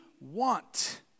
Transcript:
want